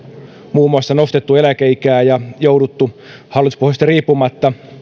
muun muassa nostettu eläkeikää ja jouduttu hallituspohjasta riippumatta